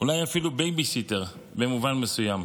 אולי אפילו בייביסיטר, במובן מסוים,